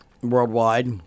worldwide